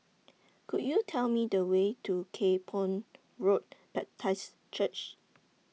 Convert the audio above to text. Could YOU Tell Me The Way to Kay Poh Road Baptist Church